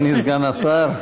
אדוני סגן השר,